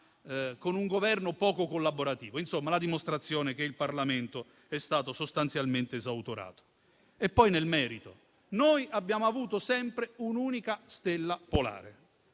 con un Governo poco collaborativo. Insomma, è la dimostrazione che il Parlamento è stato sostanzialmente esautorato. Poi, nel merito, noi abbiamo avuto sempre un'unica stella polare,